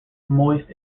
moist